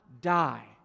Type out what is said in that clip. die